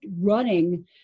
running